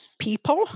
people